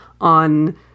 on